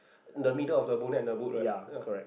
the middle of the bonnet and the boat right